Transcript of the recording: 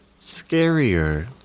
scarier